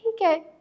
okay